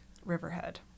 Riverhead